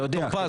אתה יודע,